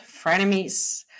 frenemies